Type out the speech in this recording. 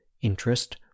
interest